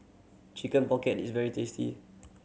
Chicken Pocket is very tasty